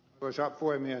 arvoisa puhemies